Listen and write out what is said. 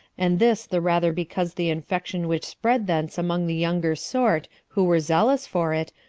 and this the rather because the infection which spread thence among the younger sort, who were zealous for it,